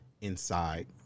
inside